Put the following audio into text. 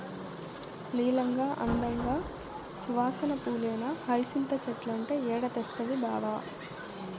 నీలంగా, అందంగా, సువాసన పూలేనా హైసింత చెట్లంటే ఏడ తెస్తవి బావా